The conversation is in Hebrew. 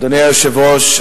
אדוני היושב-ראש,